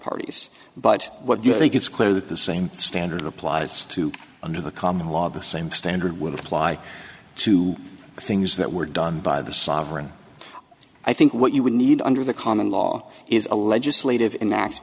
parties but what you think it's clear that the same standard applies to under the common law the same standard would apply to things that were done by the sovereign i think what you would need under the common law is a legislative enact